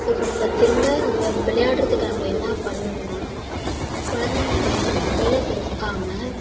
இப்போ நம்ப திரும்ப அவங்க விளையாட்றதுக்கு நம்ம பண்ணனுன்னா கொழந்தைங்க கையில் மொபைலை கொடுக்காம